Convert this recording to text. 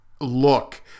look